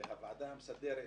והוועדה המסדרת